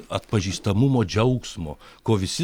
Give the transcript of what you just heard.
atpažįstamumo džiaugsmo ko visi